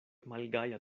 malgaja